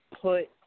put